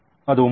ಅದು ಮುಖ್ಯ